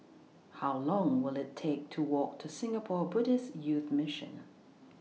How Long Will IT Take to Walk to Singapore Buddhist Youth Mission